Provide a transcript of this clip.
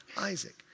Isaac